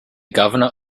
governor